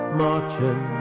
marching